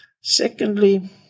Secondly